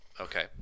Okay